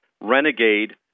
renegade